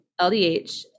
LDH